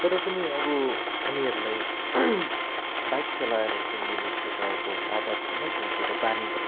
तर पनि अब हामीहरूलाई बाइक चलाएर हिँड्ने एक प्रकारको आदत होइन जुन चाहिँ एउटा बानी भनौँ